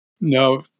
No